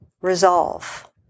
Resolve